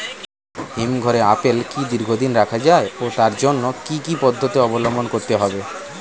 হিমঘরে আপেল কি দীর্ঘদিন রাখা যায় ও তার জন্য কি কি পদ্ধতি অবলম্বন করতে হবে?